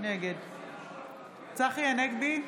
נגד צחי הנגבי,